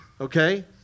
okay